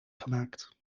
gemaakt